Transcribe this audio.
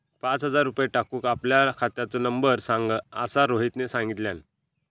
पाच हजार रुपये टाकूक आपल्या खात्याचो नंबर सांग असा रोहितने सांगितल्यान